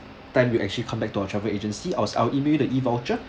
time you actually come back to our travel agency I was I'll email you the E_voucher